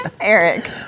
Eric